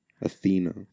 Athena